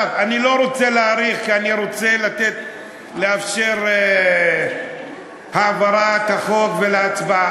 אני לא רוצה להאריך כי אני רוצה לאפשר את העברת החוק בהצבעה.